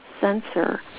sensor